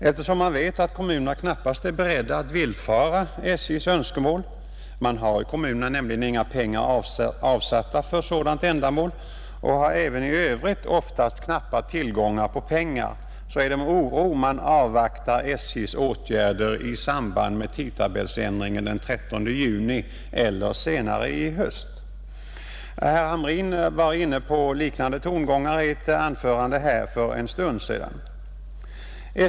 Eftersom man vet att kommunerna knappast är beredda att villfara SJ:s önskemål — man har i kommunerna nämligen inga pengar avsatta för sådant ändamål och har även i övrigt oftast knappa tillgångar på pengar — så är det med oro man avvaktar SJ:s åtgärder i samband med tidtabellsändringen den 13 juni eller senare i höst. Herr Hamrin var inne på liknande tongångar i ett anförande här för en stund sedan.